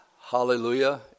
hallelujah